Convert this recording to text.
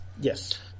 Yes